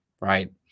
right